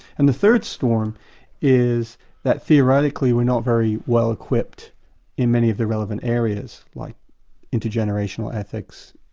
and the third storm is that theoretically we are not very well equipped in many of the relevant areas like intergenerational ethics,